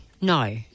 No